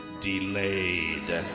delayed